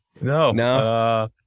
no